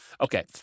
okay